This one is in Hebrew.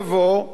וזה בא,